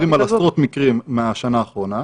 אנחנו מדברים על עשרות מקרים מהשנה האחרונה.